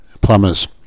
plumbers